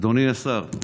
אדוני השר,